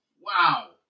Wow